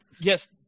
Yes